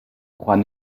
croit